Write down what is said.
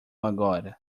agora